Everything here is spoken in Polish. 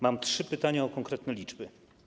Mam trzy pytania o konkretne liczby.